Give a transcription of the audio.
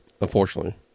Unfortunately